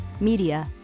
media